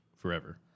forever